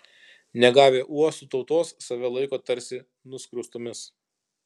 negavę uostų tautos save laiko tarsi nuskriaustomis